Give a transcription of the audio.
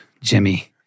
Jimmy